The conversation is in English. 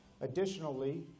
Additionally